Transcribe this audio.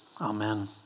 Amen